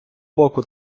боку